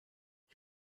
ich